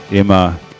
immer